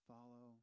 Follow